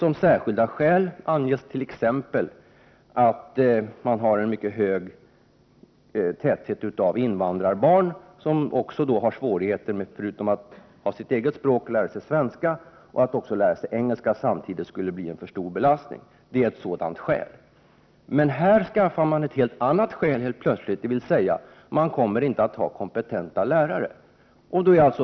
Som särskilda skäl anges t.ex. att man har en mycket hög andel av invandrarbarn, så att barnen har svårigheter att, förutom sitt eget språk, lära sig svenska. Att samtidigt också lära sig engelska skulle bli en alltför stor belastning. Men här skaffar man sig plötsligt ett helt annat skäl, dvs. att det inte kommer att finnas kompetenta lärare.